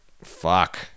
fuck